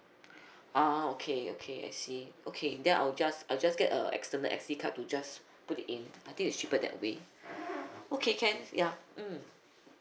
uh okay okay I see okay then I'll just I'll just get a external S_D card to just put it in I think it's cheaper that way okay can ya mm